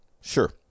Sure